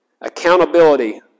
Accountability